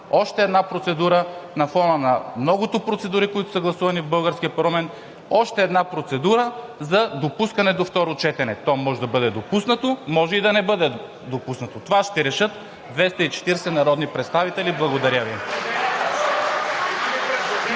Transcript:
още една процедура – на фона на многото процедури, които са гласувани в българския парламент, още една процедура за допускане до второ четене. То може да бъде допуснато, може и да не бъде допуснато. Това ще решат 240 народни представители. Благодаря Ви.